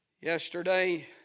Yesterday